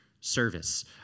service